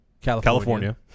California